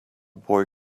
boy